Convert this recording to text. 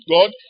God